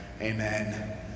Amen